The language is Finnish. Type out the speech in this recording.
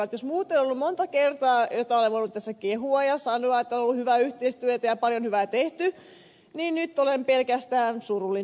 jos muuten on ollut monta kertaa että olen voinut tässä kehua ja sanoa että on ollut hyvää yhteistyötä ja on paljon hyvää tehty niin nyt olen pelkästään surullinen